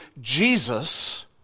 Jesus